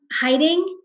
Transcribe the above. Hiding